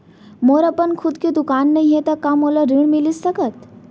मोर अपन खुद के दुकान नई हे त का मोला ऋण मिलिस सकत?